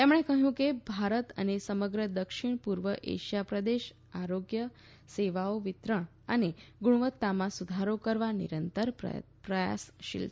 તેમણે કહ્યું કે ભારત અને સમગ્ર દક્ષિણ પુર્વ એશિયા પ્રદેશ આરોગ્ય સેવાઓ વિતરણ અને ગુણવત્તામાં સુધારો કરવા નિરંતર પ્રયાસશીલ છે